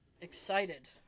excited